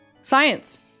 Science